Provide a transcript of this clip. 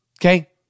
okay